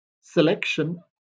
selection